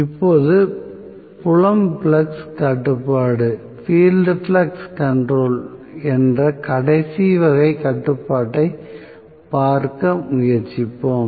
இப்போது புலம் ஃப்ளக்ஸ் கட்டுப்பாடு என்ற கடைசி வகை கட்டுப்பாட்டைப் பார்க்க முயற்சிப்போம்